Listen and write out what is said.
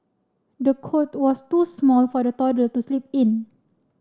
the cot was too small for the toddler to sleep in